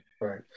right